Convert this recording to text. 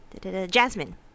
Jasmine